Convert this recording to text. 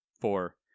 four